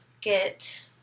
get